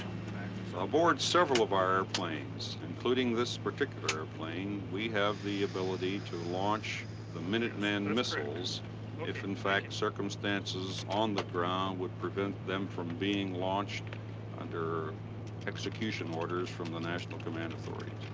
aboard several of our airplanes, including this particular airplane, we have the ability to launch the minuteman and missiles if in fact circumstances on the ground would prevent them from being launched under execution orders from the national command authorities.